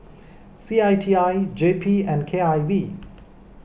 C I T I J P and K I V